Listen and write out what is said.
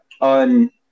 on